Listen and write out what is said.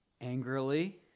angrily